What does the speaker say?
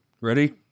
Ready